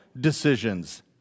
decisions